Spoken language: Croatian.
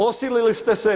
Osilili ste se.